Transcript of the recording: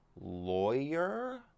lawyer